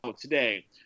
today